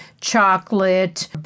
chocolate